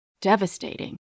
devastating